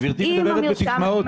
גברתי מדברת בסיסמאות.